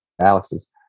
alex's